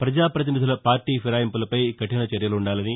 పజా పతినిధుల పార్టీ ఫిరాయింపులపై కఠిన చర్యలుండాలని